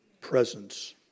presence